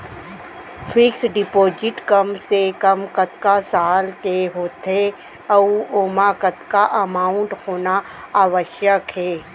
Fix deposit कम से कम कतका साल के होथे ऊ ओमा कतका अमाउंट होना आवश्यक हे?